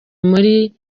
muri